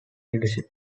leadership